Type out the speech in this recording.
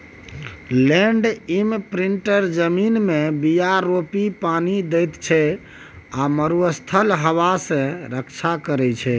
land imprinter जमीनमे बीया रोपि पानि दैत छै आ मरुस्थलीय हबा सँ रक्षा करै छै